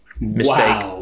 mistake